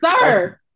sir